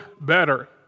better